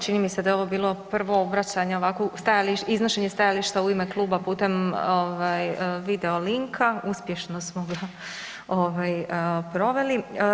Čini mi se da je ovo bilo prvo obraćanje ovako iznošenje stajališta u ime kluba putem ovaj video linka, uspješno smo ga ovaj proveli.